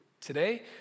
today